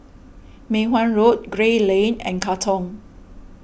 Mei Hwan Road Gray Lane and Katong